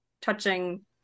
touching